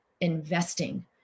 investing